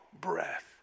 breath